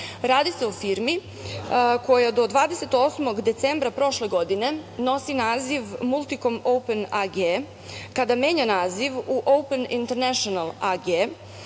radi se o firmi koja do 28. decembra prošle godine nosi naziv Multikom Open AG kada menja naziv u Open Internešenal AG,